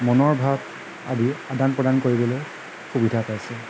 মনৰ ভাব আদি আদান প্ৰদান কৰিবলৈ সুবিধা পাইছে